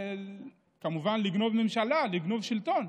כמובן, לגנוב ממשלה, לגנוב שלטון,